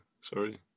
sorry